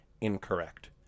incorrect